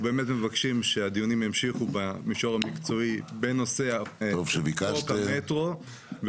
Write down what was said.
אנחנו באמת מבקשים שהדיונים ימשיכו במישור המקצועי בנושא חוק המטרו,